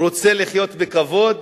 רוצה לחיות בכבוד?